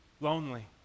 Lonely